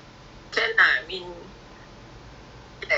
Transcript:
so many rides lah but I think it'll be different